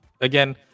Again